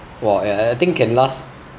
!wah! eh I I think can last